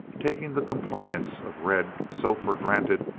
taking the compliance of red so for granted,